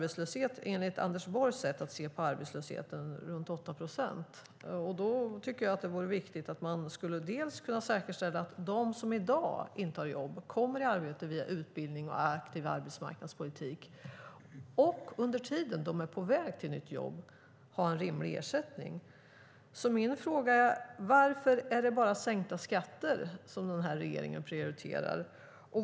Enligt Anders Borgs sätt att se på arbetslösheten råder massarbetslöshet med runt 8 procent. Då är det viktigt att säkerställa att de som i dag inte har jobb kommer i arbete via utbildning och aktiv arbetsmarknadspolitik. Under tiden de är på väg till nytt jobb ska de få rimlig ersättning. Varför är det bara sänkta skatter som regeringen prioriterar?